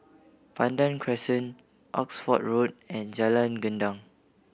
Pandan Crescent Oxford Road and Jalan Gendang